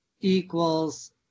equals